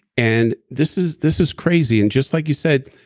and this is this is crazy. and just like you said,